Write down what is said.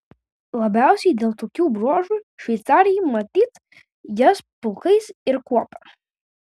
labiausiai dėl tokių bruožų šveicarai matyt jas pulkais ir kuopia